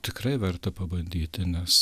tikrai verta pabandyti nes